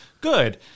good